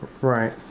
Right